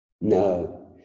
No